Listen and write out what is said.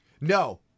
No